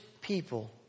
people